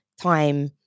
time